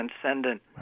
transcendent